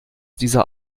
dieser